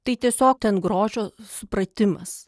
tai tiesiog ten grožio supratimas